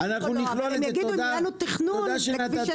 תבינו, בלי ה-60